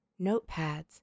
notepads